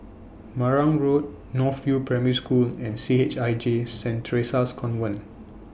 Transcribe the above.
Marang Road North View Primary School and C H I J Street Theresa's Convent